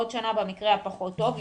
בעוד שנה במקרה הפחות טוב,